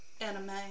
anime